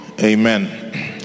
amen